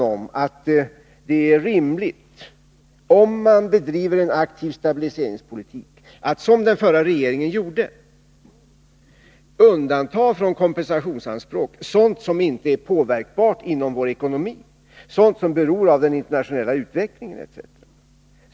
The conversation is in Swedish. Om man bedriver en aktiv stabiliseringspolitik är det utan tvivel rimligt att, som den förra regeringen gjorde, från kompensationsanspråk undanta sådant som inte är påverkbart inom vår ekonomi, sådant som beror av den internationella utvecklingen etc.